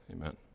Amen